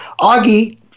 Augie